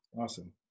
Awesome